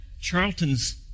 Charlton's